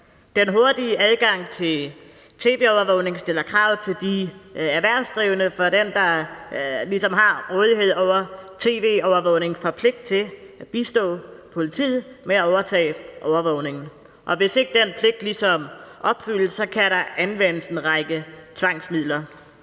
Den hurtige adgang til tv-overvågning stiller krav til de erhvervsdrivende, for den, der har rådighed over tv-overvågning, får pligt til at bistå politiet med at overtage overvågningen. Hvis ikke den pligt opfyldes, kan der anvendes en række tvangsmidler.